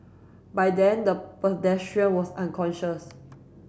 by then the pedestrian was unconscious